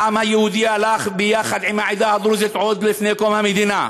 העם היהודי הלך ביחד עם העדה הדרוזית עוד לפני קום המדינה,